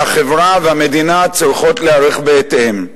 והחברה והמדינה צריכות להיערך בהתאם.